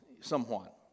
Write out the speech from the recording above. somewhat